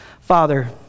Father